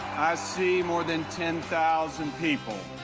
i see more than ten thousand people,